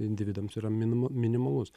individams yra minima minimalus